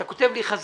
אתה כותב לי חזרה,